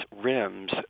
rims